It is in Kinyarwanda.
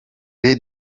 les